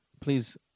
Please